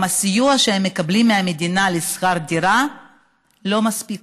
גם הסיוע שהם מקבלים מהמדינה לשכר דירה לא מספיק,